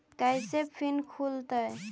कैसे फिन खुल तय?